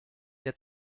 der